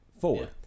forward